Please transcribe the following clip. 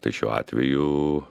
tai šiuo atveju